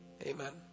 Amen